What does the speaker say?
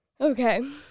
Okay